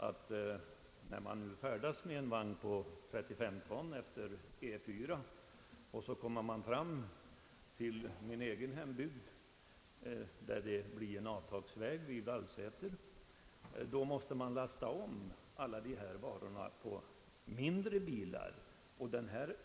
Om man färdas med ett fordon på 35 ton efter E 4:an måste man när man i min hembygd kommer fram till en avtagsväg vid Gallsäter lasta om alla varor på mindre bilar.